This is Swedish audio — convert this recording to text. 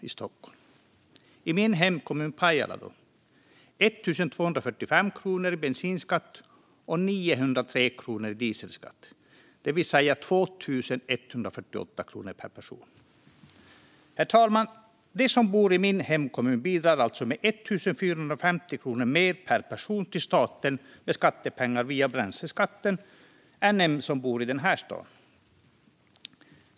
I min hemkommun Pajala är det 1 245 kronor i bensinskatt och 903 kronor i dieselskatt, det vill säga 2 148 kronor per person. Herr talman! De som bor i min hemkommun bidrar alltså med 1 450 kronor mer per person till staten med skattepengar via bränsleskatten än en person som bor i den här staden.